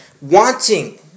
wanting